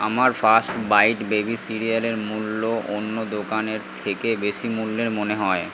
আমার first bite baby সিরিয়ালের মূল্য অন্য দোকানের থেকে বেশি মূল্যের মনে হয়